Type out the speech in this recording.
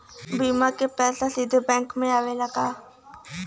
बीमा क पैसा सीधे बैंक में आवेला का?